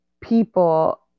people